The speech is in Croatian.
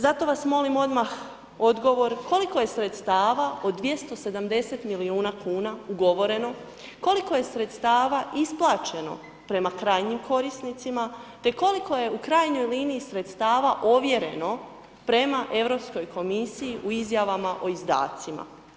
Zato vas molim odmah odgovor koliko je sredstava od 270 milijuna kuna ugovoreno, koliko je sredstava isplaćeno prema krajnjim korisnicima te koliko je u krajnjoj liniji sredstava ovjereno prema Europskoj komisiji u izjavama o izdacima?